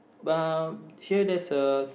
but here there's a